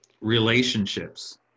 relationships